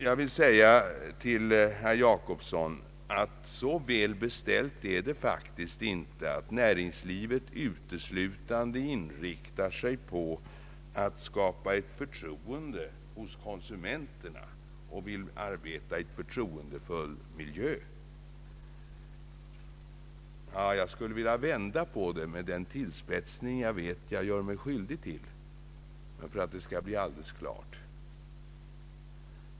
Jag vill säga till herr Gösta Jacobsson att så väl beställt är det faktiskt inte att näringslivet uteslutande inriktar sig på att skapa ett förtroende hos konsumenterna och vill arbeta i en förtroendefull miljö. Jag skulle vilja vända på det hela med den tillspetsning som jag vet att jag gör mig skyldig till för att få det hela klart.